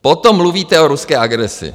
Potom mluvíte o ruské agresi.